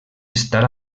estar